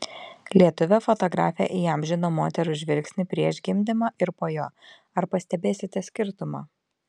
lietuvė fotografė įamžino moterų žvilgsnį prieš gimdymą ir po jo ar pastebėsite skirtumą